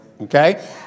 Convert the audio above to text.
Okay